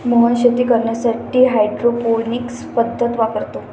मोहन शेती करण्यासाठी हायड्रोपोनिक्स पद्धत वापरतो